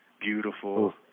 beautiful